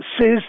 says